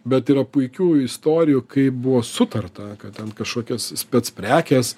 bet yra puikių istorijų kaip buvo sutarta kad ten kažkokios spec prekės